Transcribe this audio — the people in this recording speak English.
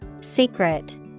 Secret